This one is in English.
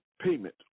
payment